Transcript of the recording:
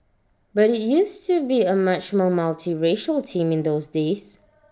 but IT used to be A much more multiracial team in those days